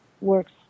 works